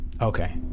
okay